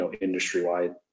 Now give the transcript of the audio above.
industry-wide